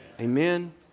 Amen